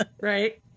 right